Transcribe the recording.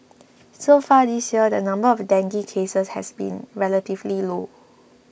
so far this year the number of dengue cases has been relatively low